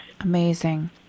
Amazing